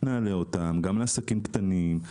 נעלה אותן גם לעסקים קטנים,